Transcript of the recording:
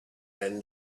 and